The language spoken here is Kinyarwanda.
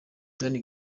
dan